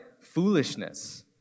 foolishness